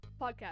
Podcast